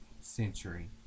century